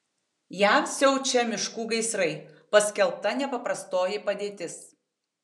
jav siaučia miškų gaisrai paskelbta nepaprastoji padėtis